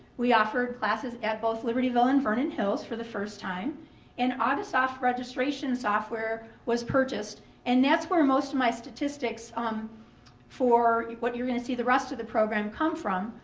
we offered classes at both libertyville and vernon hills for the first time and audisoft registration software was purchased and that's where most of my statistics um for what you're gonna see the rest of the program come from.